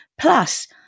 Plus